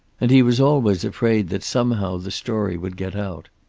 and he was always afraid that somehow the story would get out.